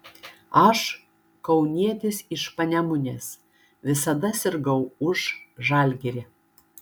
aš kaunietis iš panemunės visada sirgau už žalgirį